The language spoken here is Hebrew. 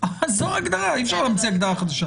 אז זו ההגדרה, אי אפשר להמציא הגדרה חדשה.